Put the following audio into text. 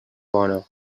bona